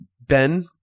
Ben